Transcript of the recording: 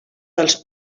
dels